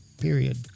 period